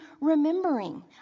remembering